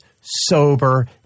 sober